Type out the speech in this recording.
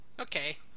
Okay